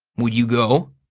would you go?